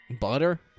butter